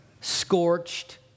scorched